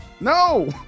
No